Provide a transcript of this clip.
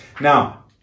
Now